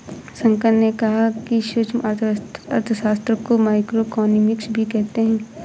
शंकर ने कहा कि सूक्ष्म अर्थशास्त्र को माइक्रोइकॉनॉमिक्स भी कहते हैं